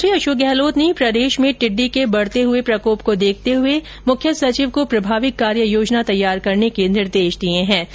मुख्यमंत्री अशोक गहलोत ने प्रदेश में टिड्डी के बढ़ते हुए प्रकोप को देखते हुए मुख्य सचिव को प्रभावी कार्य योजना तैयार करने के निर्देश दिए है